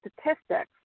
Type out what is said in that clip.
statistics